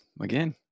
again